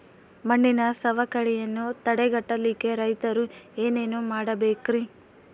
ಮಣ್ಣಿನ ಸವಕಳಿಯನ್ನ ತಡೆಗಟ್ಟಲಿಕ್ಕೆ ರೈತರು ಏನೇನು ಮಾಡಬೇಕರಿ?